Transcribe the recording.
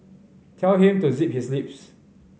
tell him to zip his lips